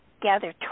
gather